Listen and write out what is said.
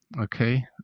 okay